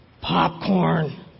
Popcorn